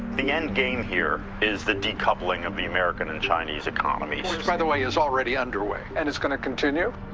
the endgame here is the decoupling of the american and chinese economies. which, by the way, is already underway, and it's going to continue.